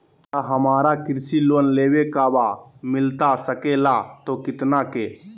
क्या हमारा कृषि लोन लेवे का बा मिलता सके ला तो कितना के?